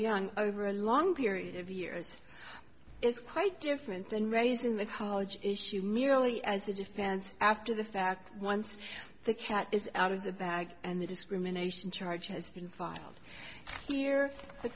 over a long period of years is quite different than raising the college issue merely as a defense after the fact once the cat is out of the bag and the discrimination charge has been filed here the